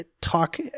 talk